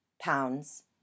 pounds